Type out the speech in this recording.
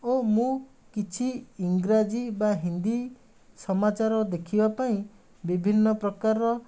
ଓ ମୁଁ କିଛି ଇଂରାଜୀ ବା ହିନ୍ଦୀ ସମାଚାର ଦେଖିବା ପାଇଁ ବିଭିନ୍ନ ପ୍ରକାରର